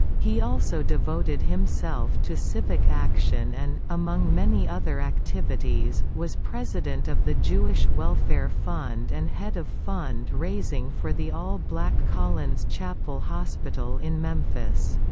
he also devoted himself to civic action and, among many other activities, was president of the jewish welfare fund and head of fund raising for the all-black collins chapel hospital in memphis.